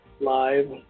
live